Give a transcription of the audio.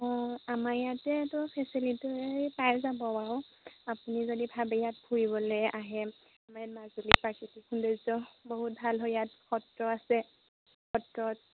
অঁ আমাৰ ইয়াতেতো ফেচিলিটোৱে পাই যাব বাৰু আপুনি যদি ভাবে ইয়াত ফুৰিবলে আহে আমাৰ ইয়াত মাজুলী প্ৰাকৃতিক সৌন্দৰ্য বহুত ভাল হয় ইয়াত সত্ৰ আছে সত্ৰত